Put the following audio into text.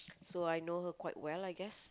so I know her quite well I guess